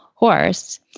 Horse